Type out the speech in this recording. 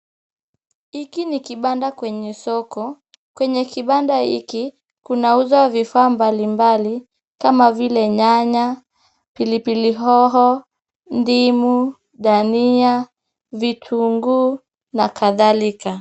Hiki ni kibanda kwenye soko. Kwenye kibanda hiki, kunauzwa vifaa mbalimbali, kama vile nyanya, pilipili hoho, ndimu, dania, vitunguu na kadhalika.